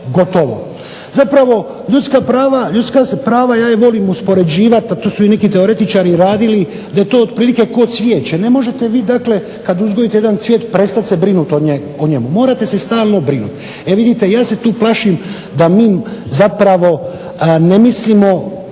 Zapravo ljudska prava ja ih volim uspoređivati, a to su i neki teoretičari radili, da je to otprilike kao cvijeće. Ne možete vi dakle kad uzgojite jedan cvijet prestati se brinuti o njemu. Morate se stalno brinuti. E vidite ja se tu plašim da mi zapravo ne mislimo